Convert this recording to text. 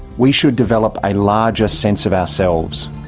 we should develop a larger sense of ourselves.